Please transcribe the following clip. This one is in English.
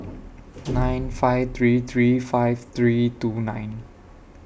nine five three three five three two nine